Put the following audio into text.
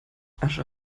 asche